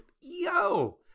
yo